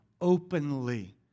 openly